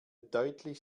deutlich